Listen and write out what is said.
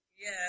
Yes